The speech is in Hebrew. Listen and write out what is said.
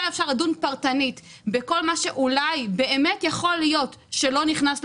אפשר לדון פרטנית בכל מה שאולי באמת יכול להיות שלא נכנס למתווה.